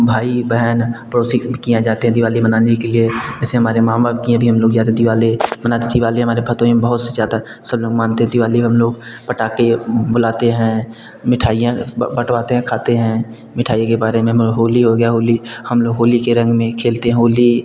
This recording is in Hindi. भाई बहन पड़ोसी के यहाँ जाते हैं दीवाली मनाने के लिए जैसे हमारे मामा के यहाँ भी हम लोग जाते हैं दीवाली माना कि दीवाली हमारे भदोही बहुत सी ज़्यादा सब लोग मानते हैं दीवाली में हम लोग पटाखे बुलाते हैं मिठाइयाँ बटवाते हैं खाते हैं मिठाइयाँ के बारे में हम होली हो गया होली हम लोग होली हम लोग होली के रंग में खेलते हैं होली